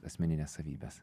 asmenines savybes